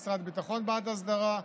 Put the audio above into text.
משרד הביטחון בעד הסדרה,